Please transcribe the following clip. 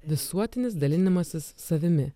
visuotinis dalinimasis savimi